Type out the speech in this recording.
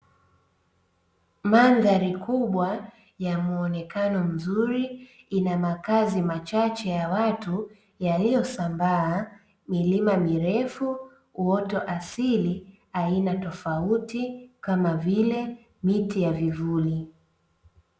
Mandhari kubwa ya muonekano mzuri, ina makazi machache ya watu, yaliyosambaa milima mirefu, uoto asili aina tofauti kama vile miti ya vivuli.